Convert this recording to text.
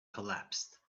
collapsed